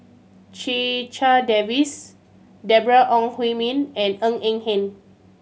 Checha Davies Deborah Ong Hui Min and Ng Eng Hen